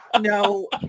no